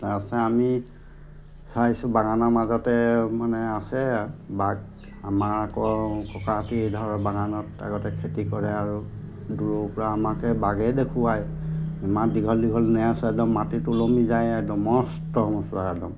তাৰপাছতে আমি চাইছোঁ বাগানৰ মাজতে মানে আছে বাঘ আমাৰ আকৌ ককাহঁতে ধৰ বাগানত আগতে খেতি কৰে আৰু দূৰৰ পৰা আমাকে বাঘেই দেখুৱায় ইমান দীঘল দীঘল নেজ একদম মাটিত ওলমি যায় একদম মস্ত মচুৱা একদম